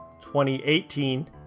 2018